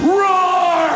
roar